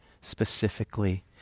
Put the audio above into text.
specifically